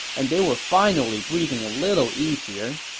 and they were finally breathing a little easier.